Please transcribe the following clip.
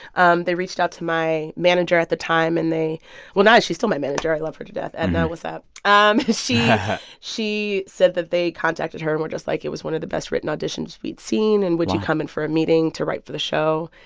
um they reached out to my manager at the time, and they well, now she's still my manager. i love her to death, and that was that um she yeah she said that they contacted her and were just like, it was one of the best-written auditions we'd seen wow and would you come in for a meeting to write for the show?